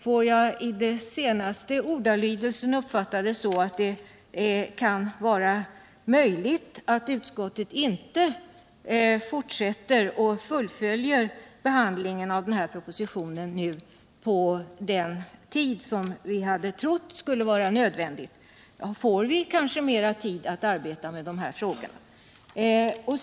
Får jag uppfatta den senaste ordalydelsen så, att utskottet kanske inte behöver fullfölja behandlingen av den här propositionen inom den tidsram som vi trott skulle gälla? Får vi mera tid att arbeta med dessa frågor?